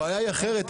הבעיה היא אחרת.